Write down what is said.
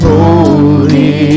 Holy